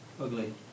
ugly